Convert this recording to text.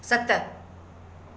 सत